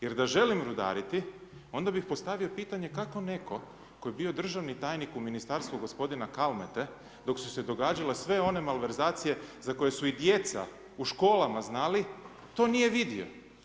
Jer da želim rudariti, onda bih postavio pitanje kako netko tko je bio državni tajnik u Ministarstvu gospodina Kalmete, dok su se događale sve one malverzacije za koje su i djeca u školama znali, to nije vidio.